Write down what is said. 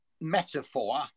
metaphor